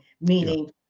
meaning